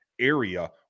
area